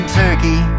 turkey